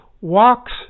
walks